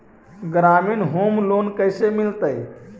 ग्रामीण home loan कैसे मिलतै?